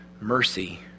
mercy